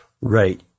Right